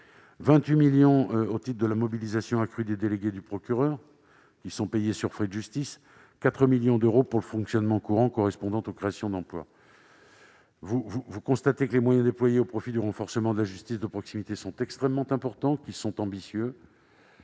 28 millions d'euros au titre de la mobilisation accrue des délégués du procureur, qui sont payés sur frais de justice ; 4 millions d'euros pour le fonctionnement courant correspondant aux créations d'emplois. Les moyens déployés pour renforcer la justice de proximité sont donc extrêmement importants et ambitieux.